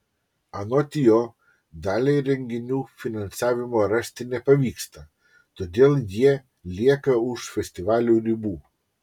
anot jo daliai renginių finansavimo rasti nepavyksta todėl jie lieka už festivalių ribų